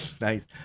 nice